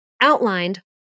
outlined